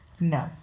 No